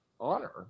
honor